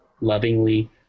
lovingly